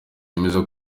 wemeza